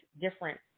different